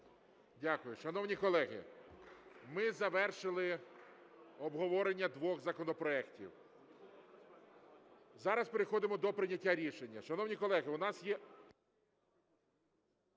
Дякую. Шановні колеги, ми завершили обговорення двох законопроектів, зараз переходимо до прийняття рішення. Шановні колеги, у нас є